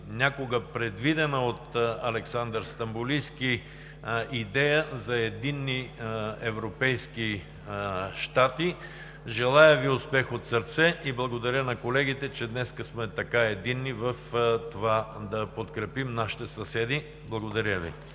някога предвидена от Александър Стамболийски, идея за единни европейски щати. Желая Ви успех от сърце! Благодаря на колегите, че днес сме така единни в това да подкрепим нашите съседи. Благодаря Ви.